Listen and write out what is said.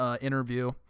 interview